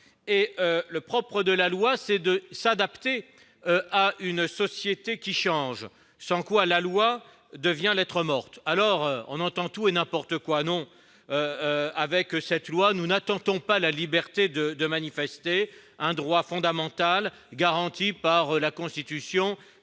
Le propre de la loi est de s'adapter à une société qui change, faute de quoi elle devient lettre morte. On entend tout et n'importe quoi : non, avec ce texte, nous n'attentons pas à la liberté de manifester ! Ce droit fondamental est garanti par la Constitution